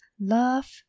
Love